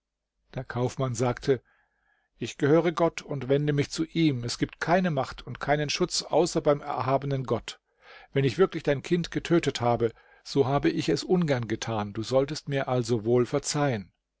der kaufmann sagte ich gehöre gott und wende mich zu ihm es gibt keine macht und keinen schutz außer beim erhabenen gott wenn ich wirklich dein kind getötet habe so habe ich es ungern getan du solltest mir also wohl verzeihen